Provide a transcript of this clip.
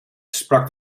sprak